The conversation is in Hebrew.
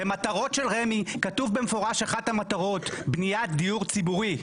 במטרות של רמ"י כתוב במפורש שאחת המטרות היא בניית דיור ציבורי.